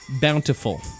bountiful